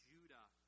Judah